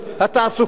הפרנסה,